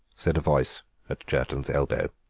said a voice at jerton's elbow.